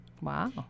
wow